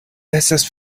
estas